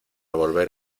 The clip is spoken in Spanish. volver